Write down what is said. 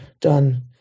done